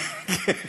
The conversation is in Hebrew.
מחכה לך שמיכה.